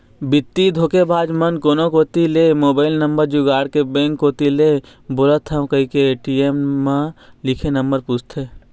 बित्तीय धोखेबाज मन कोनो कोती ले मोबईल नंबर जुगाड़ के बेंक कोती ले बोलत हव कहिके ए.टी.एम म लिखे नंबर पूछथे